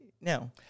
no